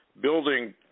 building